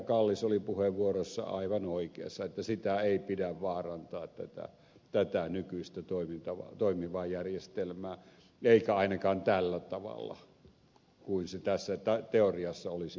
kallis oli puheenvuorossaan aivan oikeassa että sitä ei pidä vaarantaa tätä nykyistä toimivaa järjestelmää eikä ainakaan tällä tavalla kuin se tässä teoriassa olisi ollut mahdollista